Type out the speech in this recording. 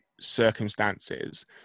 circumstances